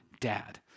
dad